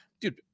dude